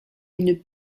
une